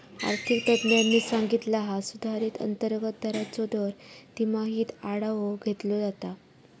आर्थिक तज्ञांनी सांगितला हा सुधारित अंतर्गत दराचो दर तिमाहीत आढावो घेतलो जाता